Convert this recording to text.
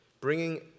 Bringing